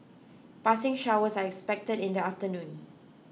passing showers are expected in the afternoon